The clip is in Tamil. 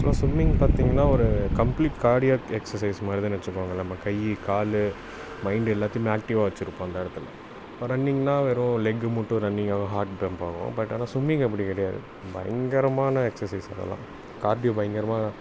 யூஸ்வலாக சும்மிங் பார்த்தீங்கன்னா ஒரு கம்ப்ளீட் கார்டியாக் எக்ஸசைஸ் மாதிரிதானு வைச்சுக்கோங்களேன் நம்ம கை கால் மைண்டு எல்லாத்தையுமே ஆக்டிவாக வச்சுருப்போம் அந்த இடத்துல இப்போ ரன்னிங்னால் வெறும் லெக்கு மட்டும் ரன்னிங் ஆகும் ஹார்ட் ட்ரம்ப் ஆகும் பட் ஆனால் சும்மிங் அப்படி கிடையாது பயங்கரமான எக்ஸசைஸ் அதெல்லாம் கார்டியோ பயங்கரமான